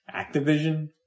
Activision